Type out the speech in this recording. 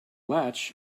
latch